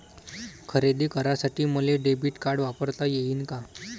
खरेदी करासाठी मले डेबिट कार्ड वापरता येईन का?